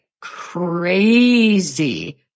crazy